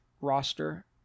roster